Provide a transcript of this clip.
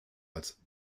als